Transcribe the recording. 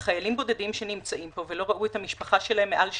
שאלה החיילים הבודדים שנמצאים פה ולא ראו את המשפחה שלהם מעל לשנה.